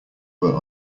were